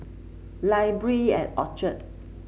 library at Orchard